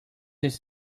his